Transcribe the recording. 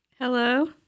Hello